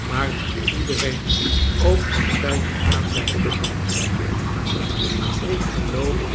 maar dat iedereen ook altrjd aanleiding gaf ik geloof